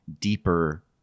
deeper